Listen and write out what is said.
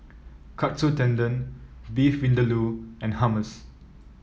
Katsu Tendon Beef Vindaloo and Hummus